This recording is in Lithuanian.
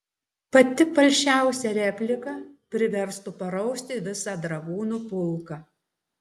pati palšiausia replika priverstų parausti visą dragūnų pulką